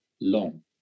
long